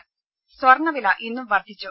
ദേദ സ്വർണ വില ഇന്നും വർധിച്ചു